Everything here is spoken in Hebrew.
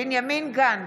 בנימין גנץ,